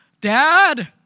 Dad